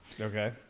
Okay